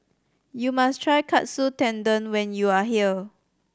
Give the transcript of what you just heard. you must try Katsu Tendon when you are here